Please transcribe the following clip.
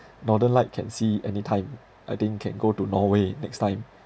northern light can see anytime I think can go to norway next time